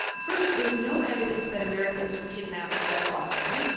first, there's no evidence that americans are kidnapped less often.